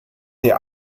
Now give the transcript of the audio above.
der